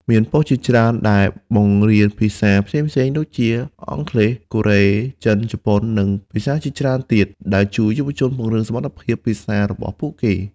មានប៉ុស្តិ៍ជាច្រើនដែលបង្រៀនភាសាផ្សេងៗដូចជា អង់គ្លេស កូរ៉េ ចិន ជប៉ុន និងភាសាជាច្រើនទៀត ដែលជួយយុវជនពង្រឹងសមត្ថភាពភាសារបស់ពួកគេ។